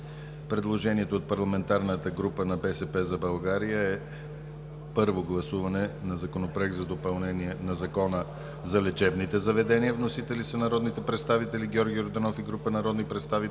Предложението от парламентарната група „БСП за България“: Първо гласуване на Законопроект за допълнение на Закона за лечебните заведения. Вносители – Георги Йорданов и група народни представители,